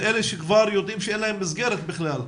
זה אלה שכבר יודעים שאין להם מסגרת בכלל.